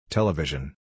Television